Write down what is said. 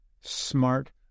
smart